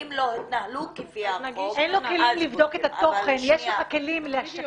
לא התנהלו כפי החוק -- אין לך כלים לבדוק את התוכן,